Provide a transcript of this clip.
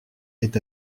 est